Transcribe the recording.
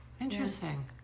Interesting